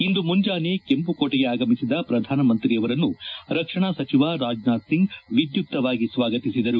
ಇಂದು ಮುಂಜಾನೆ ಕೆಂಪುಕೋಟೆಗೆ ಆಗಮಿಸಿದ ಪ್ರಧಾನಿಯವರನ್ನು ರಕ್ಷಣಾ ಸಚಿವ ರಾಜನಾಥ್ ಸಿಂಗ್ ವಿಧ್ಯುಕ್ತವಾಗಿ ಸ್ವಾಗತಿಸಿದರು